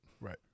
Right